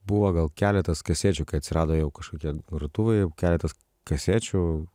buvo gal keletas kasečių kai atsirado jau kažkokie grotuvai jau keletas kasečių